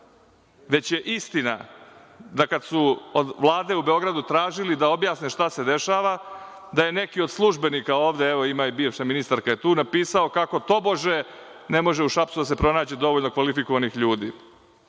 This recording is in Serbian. već je istina da kad su od Vlade u Beogradu tražili da objasne šta se dešava, da je neki od službenika ovde, evo, ima i bivša ministarka je tu, napisao kako tobože ne može u Šapcu da se pronađe dovoljno kvalifikovanih ljudi.